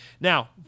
Now